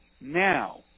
now